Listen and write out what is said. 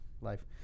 life